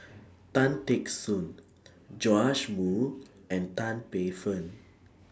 Tan Teck Soon Joash Moo and Tan Paey Fern